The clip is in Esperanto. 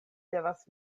devas